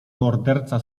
morderca